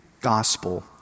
gospel